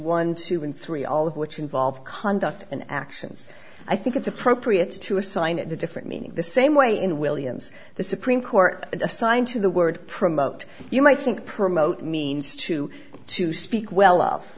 one two and three all of which involve conduct and actions i think it's appropriate to assign a different meaning the same way in williams the supreme court assigned to the word promote you might think promote means to to speak well off